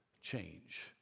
change